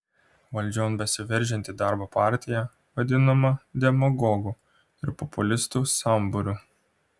valdžion besiveržianti darbo partija vadinama demagogų ir populistų sambūriu